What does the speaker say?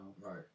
Right